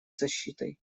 защитой